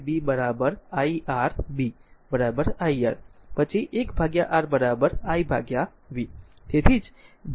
R જાણે છે કે b b iR b iR પછી 1 R i v